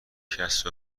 کسب